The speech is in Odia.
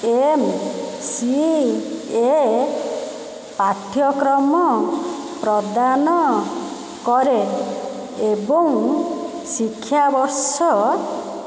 ଏମ୍ ସି ଏ ପାଠ୍ୟକ୍ରମ ପ୍ରଦାନ କରେ ଏବଂ ଶିକ୍ଷାବର୍ଷ